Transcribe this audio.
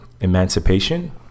emancipation